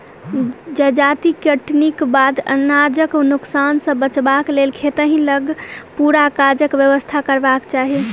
जजाति कटनीक बाद अनाजक नोकसान सॅ बचबाक लेल खेतहि लग पूरा काजक व्यवस्था करबाक चाही